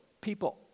people